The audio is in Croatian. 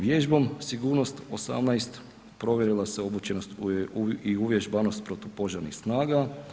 Vježbom Sigurnost 18 provjerila se obučenost i uvježbanost protupožarnih snaga.